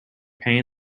pain